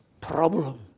problem